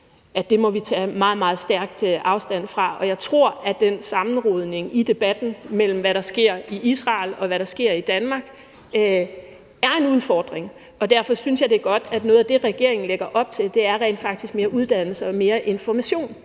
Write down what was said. at tage meget, meget stærkt afstand fra. Jeg tror, at den sammenrodning i debatten mellem, hvad der sker i Israel, og hvad der sker i Danmark, er en udfordring, og derfor synes jeg, det er godt, at noget af det, regeringen lægger op til, rent faktisk er mere uddannelse og mere information,